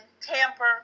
tamper